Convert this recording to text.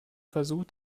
versucht